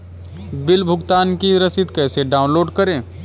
Bill भुगतान की रसीद कैसे डाउनलोड करें?